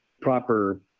proper